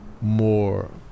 more